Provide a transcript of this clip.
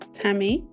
tammy